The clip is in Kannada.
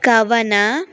ಕವನ